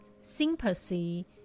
sympathy